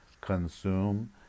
consume